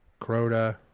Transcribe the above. Crota